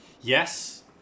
Yes